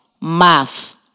Math